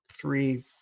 three